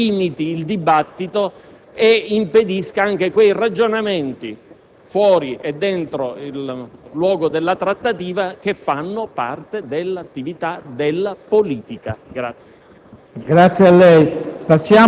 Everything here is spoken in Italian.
della discussione in Aula limiti il dibattito e impedisca i ragionamenti, fuori e dentro il luogo della trattativa, che fanno parte dell'attività della politica.